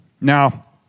Now